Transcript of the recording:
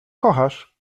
kochasz